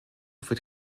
wird